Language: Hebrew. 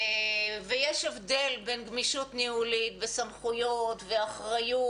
ויש הבדל בין גמישות ניהולית וסמכויות ואחריות,